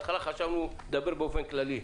בהתחלה חשבנו לדבר באופן כללי,